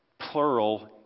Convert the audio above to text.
plural